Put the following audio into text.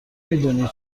میدونی